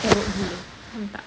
teruk gila ya tak